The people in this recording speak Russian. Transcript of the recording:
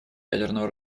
ядерного